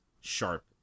sharp